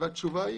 התשובה,